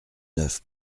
neuf